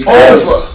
over